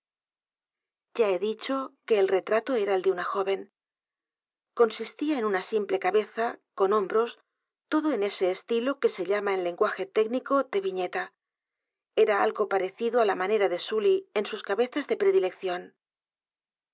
ya he dicho que el retrato era el de una joven consistía en una simple cabeza con h o m b r o s todo en ese estilo que se llama en lenguaje técnico de viñeta era algo parecido á la manera de sully en sus cabezas de predilección